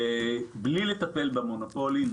בלי לטפל במונופולים,